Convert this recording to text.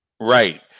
Right